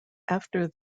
after